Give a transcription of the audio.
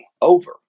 over